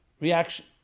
reaction